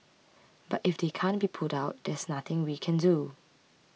but if they can't be put out there's nothing we can do